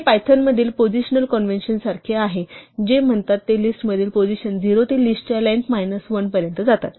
हे पायथनमधील पोसिशनल कॉन्व्हेंशनसारखे आहे जे म्हणतात की लिस्टमधील पोसिशन 0 ते लिस्टच्या लेंग्थ मायनस 1 पर्यंत जातात